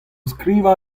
skrivañ